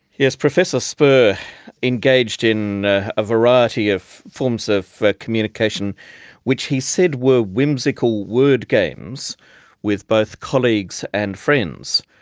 yes, professor spur engaged in a variety of forms of communication which he said were whimsical word games with both colleagues and friends.